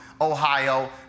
Ohio